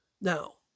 Now